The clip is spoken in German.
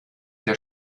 der